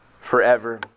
forever